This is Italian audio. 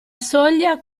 soglia